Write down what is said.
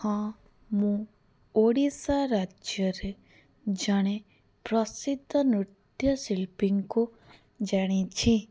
ହଁ ମୁଁ ଓଡ଼ିଶା ରାଜ୍ୟରେ ଜଣେ ପ୍ରସିଦ୍ଧ ନୃତ୍ୟଶିଳ୍ପୀଙ୍କୁ ଜାଣିଛି